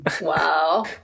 Wow